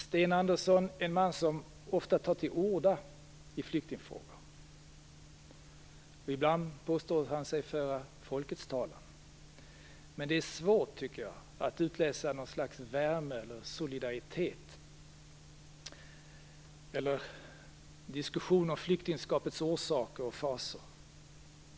Sten Andersson är en man som ofta tar till orda i flyktingfrågor. Ibland påstår han sig föra folkets talan. Men det är svårt att utläsa något slags värme och solidaritet eller diskussion om flyktingskapets orsaker och fasor.